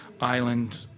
island